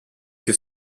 que